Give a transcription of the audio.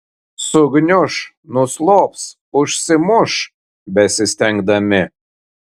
sugniuš nuslops užsimuš besistengdami